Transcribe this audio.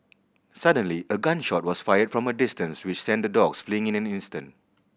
suddenly a gun shot was fired from a distance which sent the dogs fleeing in an instant